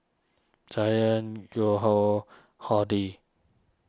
Giant Horti